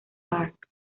park